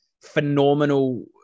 phenomenal